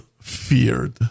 feared